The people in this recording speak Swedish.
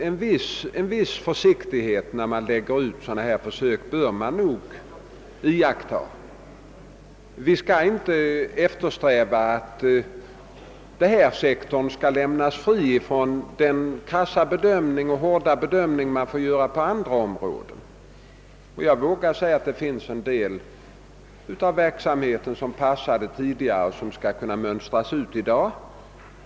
En viss försiktighet med sådana här försök bör nog iakttas. Inte heller denna sektor kan lämnas fri från den krassa och hårda bedömning som måste göras på andra områden. Jag vågar också påstå att det finns en del försöksverksamhet som passade tidigare men som kan mönstras ut i dag.